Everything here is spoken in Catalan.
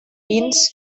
pins